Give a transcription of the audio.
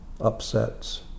upsets